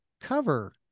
cover